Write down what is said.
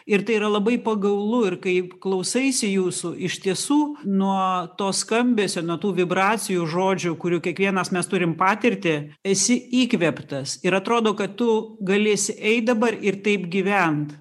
ir tai yra labai pagaulu ir kaip klausaisi jūsų iš tiesų nuo to skambesio nuo tų vibracijų žodžių kurių kiekvienas mes turim patirtį esi įkvėptas ir atrodo kad tu galėsi eit dabar ir taip gyvent